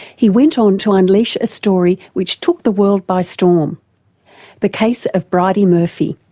he went on to unleash a story which took the world by storm the case of bridey murphy.